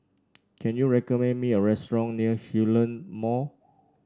can you recommend me a restaurant near Hillion Mall